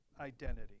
identity